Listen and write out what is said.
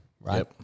right